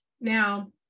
Now